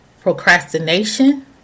procrastination